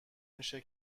میشه